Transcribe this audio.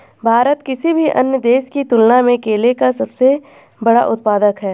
भारत किसी भी अन्य देश की तुलना में केले का सबसे बड़ा उत्पादक है